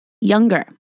younger